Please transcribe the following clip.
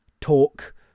talk